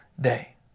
day